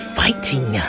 fighting